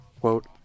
quote